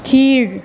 கீழ்